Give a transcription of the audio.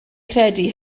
credu